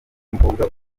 y’umukobwa